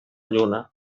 lluna